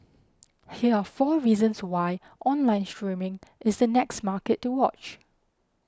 here are four reasons why online streaming is the next market to watch